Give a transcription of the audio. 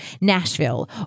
Nashville